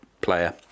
player